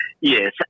yes